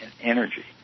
energy